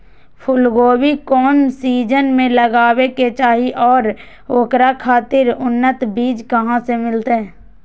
फूलगोभी कौन सीजन में लगावे के चाही और ओकरा खातिर उन्नत बिज कहा से मिलते?